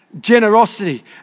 generosity